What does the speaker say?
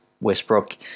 westbrook